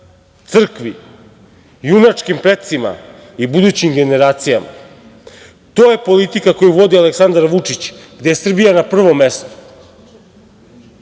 crkvi, junačkim precima i budućim generacijama. To je politika koju vodi Aleksandar Vučić, gde je Srbija na prvom